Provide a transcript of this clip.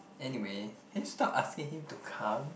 anyway can you stop asking him to come